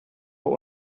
what